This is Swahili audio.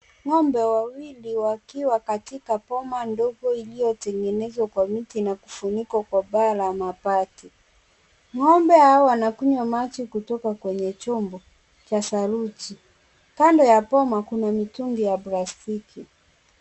Ng'ombe wawili wakiwa katika boma ndogo iliyotengenezwa kwa miti na kufunikwa kwa paa la mabati. Ng'ombe hawa wanakunywa maji kutoka kwenye chombo ya saruji. Kando ya boma kuna mitungi ya plastiki.